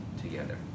together